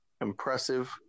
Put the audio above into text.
impressive